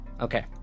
Okay